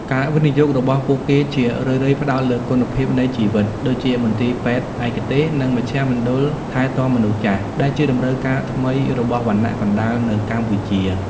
ការវិនិយោគរបស់ពួកគេជារឿយៗផ្ដោតលើ "គុណភាពនៃជីវិត" ដូចជាមន្ទីរពេទ្យឯកទេស និងមជ្ឈមណ្ឌលថែទាំមនុស្សចាស់ ដែលជាតម្រូវការថ្មីរបស់វណ្ណៈកណ្ដាលនៅកម្ពុជា។